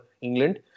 England